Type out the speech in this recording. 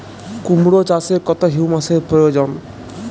কুড়মো চাষে কত হিউমাসের প্রয়োজন?